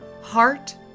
heart